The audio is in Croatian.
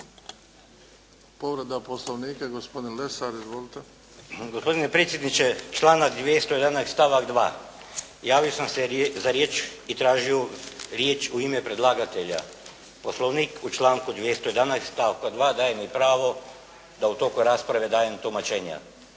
Izvolite. **Lesar, Dragutin (Nezavisni)** Gospodine predsjedniče, članak 211. stavak 2., javio sam se za riječ i tražio riječ u ime predlagatelja. Poslovnik u članku 211. stavku 2 daje mi pravo da u toku rasprave dajem tumačenja.